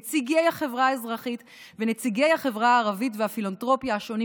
נציגי החברה האזרחית ונציגי החברה הערבית והפילנתרופיה השונים.